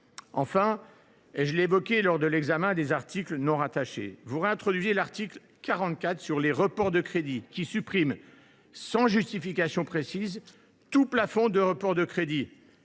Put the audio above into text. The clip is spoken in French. Enfin, comme je l’ai déjà évoqué lors de l’examen des articles non rattachés, vous réintroduisez l’article 44 sur les reports de crédits, qui supprime, sans justification précise, tout plafond de report de crédits